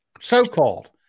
So-called